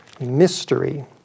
Mystery